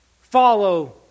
Follow